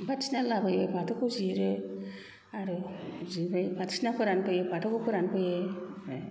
फाथोसिना लाबोयो फाथोखौ जिरो आरो जिरनाय फाथोसिनाफोराखौ फैयो फाथोखौ फोरानफैयो आरो ओमफ्राय